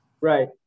Right